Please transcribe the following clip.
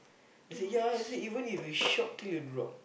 they say ya they said even if you shop till you drop